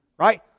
Right